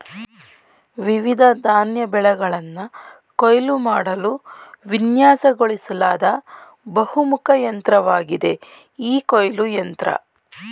ವಿವಿಧ ಧಾನ್ಯ ಬೆಳೆಗಳನ್ನ ಕೊಯ್ಲು ಮಾಡಲು ವಿನ್ಯಾಸಗೊಳಿಸ್ಲಾದ ಬಹುಮುಖ ಯಂತ್ರವಾಗಿದೆ ಈ ಕೊಯ್ಲು ಯಂತ್ರ